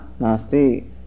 nasti